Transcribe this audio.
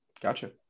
Gotcha